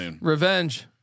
Revenge